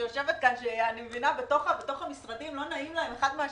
שיושבת כאן אני מבינה שבתוך המשרדים לא נעים להם אחד מהשני.